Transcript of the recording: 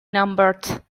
numbered